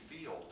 field